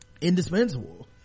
indispensable